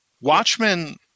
Watchmen